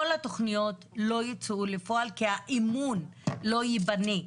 כל התוכניות לא יצאו לפועל כי האמון לא ייבנה.